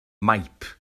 maip